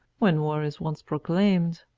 when war is once proclaimed,